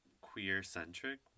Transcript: queer-centric